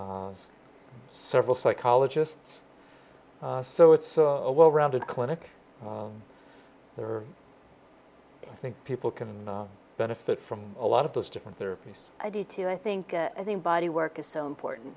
several psychologists so it's a well rounded clinic and there are i think people can benefit from a lot of those different therapies i do too i think i think body work is so important